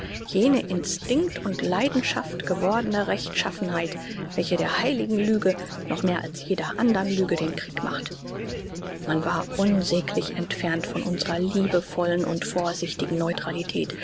jene instinkt und leidenschaft gewordene rechtschaffenheit welche der heiligen lüge noch mehr als jeder andern lüge den krieg macht man war unsäglich entfernt von unsrer liebevollen und vorsichtigen neutralität